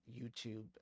YouTube